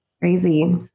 crazy